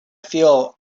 feel